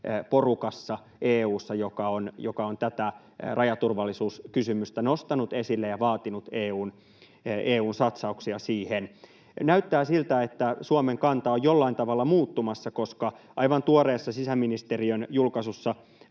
porukassa, joka on tätä rajaturvallisuuskysymystä nostanut esille ja vaatinut EU:n satsauksia siihen. Näyttää siltä, että Suomen kanta on jollain tavalla muuttumassa, koska aivan tuoreessa sisäministeriön julkaisussa